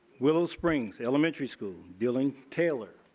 willow springs elementary school, dylan taylor,